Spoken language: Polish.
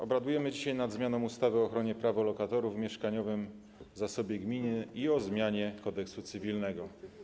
Obradujemy dzisiaj nad zmianą ustawy o ochronie praw lokatorów, mieszkaniowym zasobie gminy i o zmianie Kodeksu cywilnego.